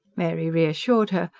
mary reassured her,